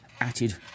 added